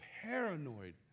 paranoid